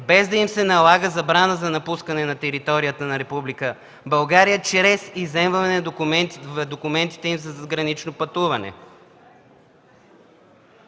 без да им се налага забрана за напускане на територията на страната чрез изземване на документите им за задгранично пътуване.